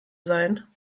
sein